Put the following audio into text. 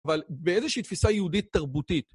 אבל באיזושהי תפיסה יהודית תרבותית.